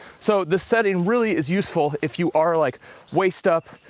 so, this setting really is useful if you are like waist up,